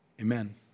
amen